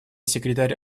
секретарь